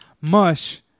Mush